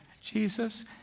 Jesus